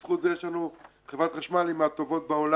בזכות זה יש לנו חברת חשמל שהיא מהטובות בעולם,